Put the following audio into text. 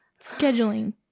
Scheduling